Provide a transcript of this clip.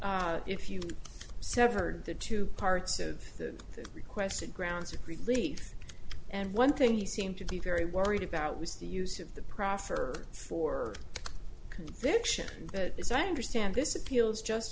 here if you severed the two parts of the requested grounds of relief and one thing you seem to be very worried about was the use of the prosser for conviction that is i understand this appeals just